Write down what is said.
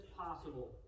possible